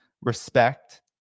respect